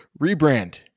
rebrand